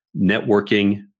networking